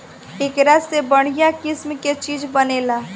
एकरा से बढ़िया किसिम के चीज बनेला